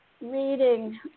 reading